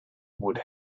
would